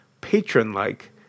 patron-like